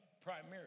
primarily